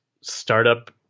startup